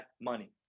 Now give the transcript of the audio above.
money